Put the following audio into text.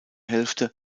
hälfte